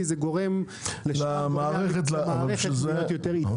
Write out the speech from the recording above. זה גורם לשאר המערכת להיות יותר איטית.